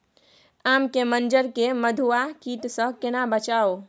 आम के मंजर के मधुआ कीट स केना बचाऊ?